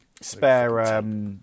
Spare